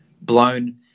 blown